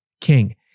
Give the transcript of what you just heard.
King